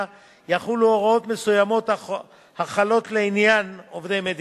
יחולו הוראות מסוימות החלות לעניין עובדי המדינה.